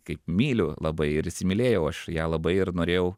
kaip myliu labai ir įsimylėjau aš ją labai ir norėjau